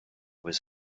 was